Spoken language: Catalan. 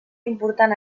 important